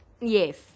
Yes